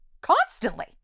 constantly